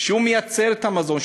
שמייצר את המזון,